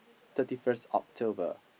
thirty first October